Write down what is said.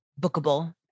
bookable